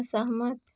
असहमत